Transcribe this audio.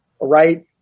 right